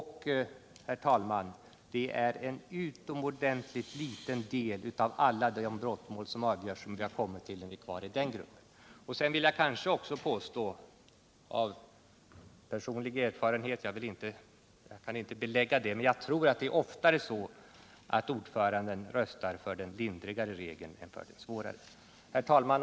Den gruppen utgör, herr talman, en utomordentligt liten del av alla de brottmål som avgörs. Jag vill också påstå av personlig erfarenhet, även om jag inte kan belägga det, att ordföranden oftare röstar för den lindrigare regeln än för den svårare. Herr talman!